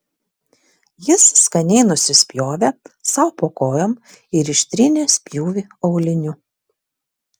jis skaniai nusispjovė sau po kojom ir ištrynė spjūvį auliniu